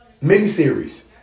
mini-series